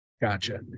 gotcha